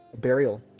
burial